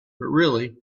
really